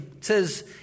says